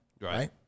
right